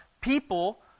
people